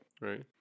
right